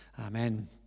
Amen